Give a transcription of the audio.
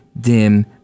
dim